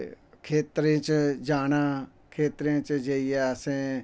खेत्तरें च जाना खेत्तरें च जाइयै असें